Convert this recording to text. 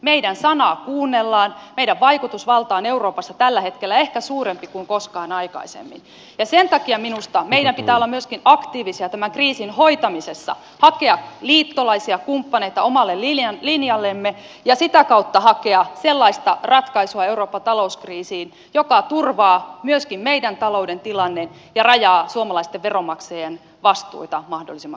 meidän sanaamme kuunnellaan meidän vaikutusvaltamme on euroopassa tällä hetkellä ehkä suurempi kuin koskaan aikaisemmin ja sen takia minusta meidän pitää olla myöskin aktiivisia tämän kriisin hoitamisessa hakea liittolaisia kumppaneita omalle linjallemme ja sitä kautta hakea euroopan talouskriisiin sellaista ratkaisua joka turvaa myöskin meidän taloutemme tilanteen ja rajaa suomalaisten veronmaksajien vastuita mahdollisimman hyvin